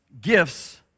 gifts